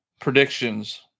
predictions